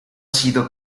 sido